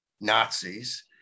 Nazis